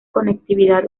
conectividad